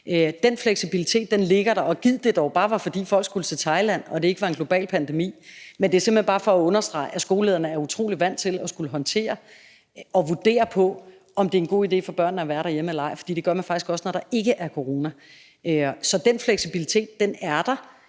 Den fleksibilitet ligger der, og gid det dog bare var, fordi folk skulle til Thailand, og der ikke var tale om en global pandemi. Men det er såmænd bare for at understrege, at skolelederne er utrolig vant til at skulle håndtere det og vurdere, om det er en god idé for børnene at være derhjemme eller ej, for det gør man faktisk også, når der ikke er corona. Så den fleksibilitet er der,